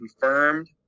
confirmed